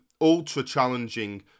ultra-challenging